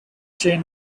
chain